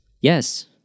Yes